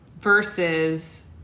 versus